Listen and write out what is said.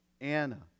Anna